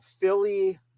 Philly